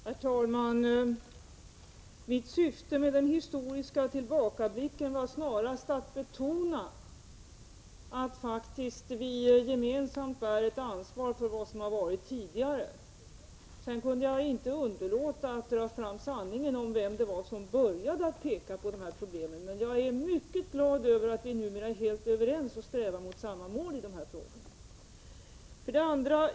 Herr talman! Mitt syfte med den historiska tillbakablicken var snarast att betona att vi gemensamt bär ett ansvar för det som har varit tidigare. Sedan kunde jag inte underlåta att dra fram sanningen om vem det var som började att peka på de här problemen. Men jag är mycket glad över att vi numera är helt överens och strävar mot samma mål i de här frågorna.